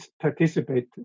participate